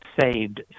saved